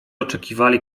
oczekiwali